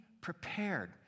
prepared